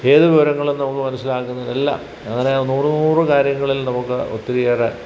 ഏത് വിവരങ്ങളും നമുക്ക് മനസ്സിലാക്കുന്നതിന് എല്ലാ അങ്ങനെ നൂറ് നൂറ് കാര്യങ്ങളിൽ നമുക്ക് ഒത്തിരിയേറെ